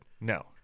no